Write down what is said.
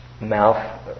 mouth